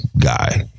guy